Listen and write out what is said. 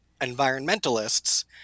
environmentalists